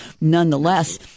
Nonetheless